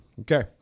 Okay